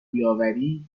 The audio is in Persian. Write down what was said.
بیاوری